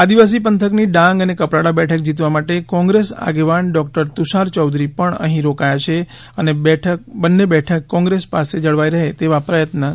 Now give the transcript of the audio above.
આદિવાસી પંથકની ડાંગ અને કપરાડા બેઠક જીતવા માટે કોંગ્રેસ આગેવાન ડોક્ટર તુષાર ચૌધરી પણ અહી રોકાયા છે અને બંને બેઠક કોંગ્રેસ પાસે જળવાઈ રહે તેવા પ્રયત્ન કરી રહ્યા છે